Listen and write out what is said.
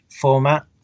format